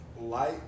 Light